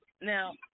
Now